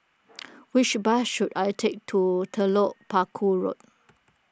which bus should I take to Telok Paku Road